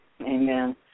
Amen